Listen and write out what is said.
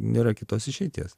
nėra kitos išeities